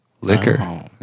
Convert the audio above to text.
Liquor